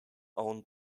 owned